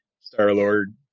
Star-Lord